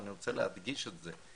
אבל אני רוצה להדגיש את זה,